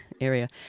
area